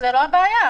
זאת לא הבעיה.